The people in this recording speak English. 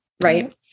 right